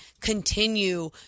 continue